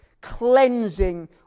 cleansing